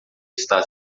está